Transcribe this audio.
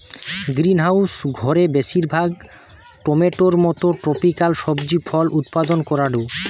greenhouse ঘরে বেশিরভাগ টমেটোর মতো ট্রপিকাল সবজি ফল উৎপাদন করাঢু